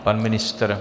Pan ministr?